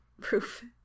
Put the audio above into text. Proof